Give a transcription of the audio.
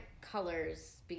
colors